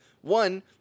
One